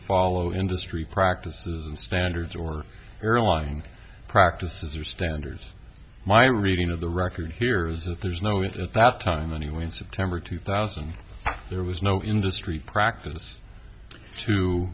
follow industry practices and standards or airline practices or standards my reading of the record here is that there's no it at that time anyway in september two thousand there was no industry practice to